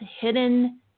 Hidden